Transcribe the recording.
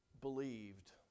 believed